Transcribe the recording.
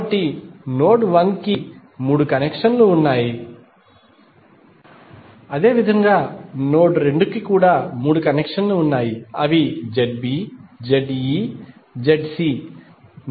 కాబట్టి నోడ్ 1 కి మూడు కనెక్షన్లు ఉన్నాయి అదేవిధంగా నోడ్ 2 కి కూడా మూడు కనెక్షన్లు ఉన్నాయి అవి ZB ZE ZC